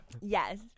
Yes